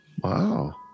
Wow